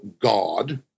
God